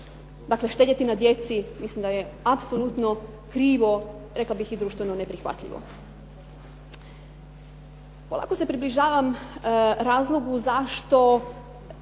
Dakle, štedjeti na djeci mislim da je apsolutno krivo, rekla bih i društveno neprihvatljivo. Polako se približavam razlogu zašto